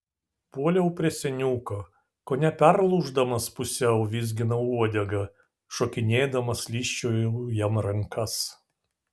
puoliau prie seniuko kone perlūždamas pusiau vizginau uodegą šokinėdamas lyžčiojau jam rankas